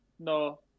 No